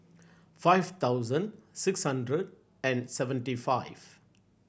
five thousand six hundred and seventy five